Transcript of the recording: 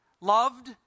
Loved